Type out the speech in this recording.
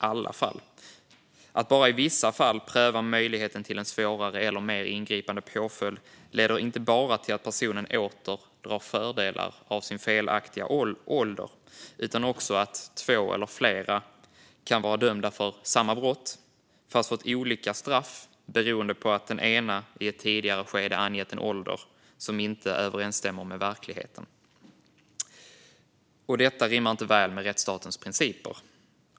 Att i bara vissa fall pröva möjligheten till en svårare eller mer ingripande påföljd leder inte bara till att personen åter drar fördelar av sin felaktiga ålder; det leder också till att två eller flera kan vara dömda för samma brott men ha fått olika straff beroende på att den ena i ett tidigare skede har angett en ålder som inte stämmer överens med verkligheten. Detta rimmar inte väl med rättssamhällets principer.